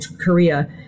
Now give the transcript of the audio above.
Korea